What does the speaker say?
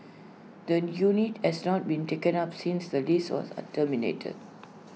the unit has not been taken up since the lease was A terminated